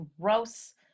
gross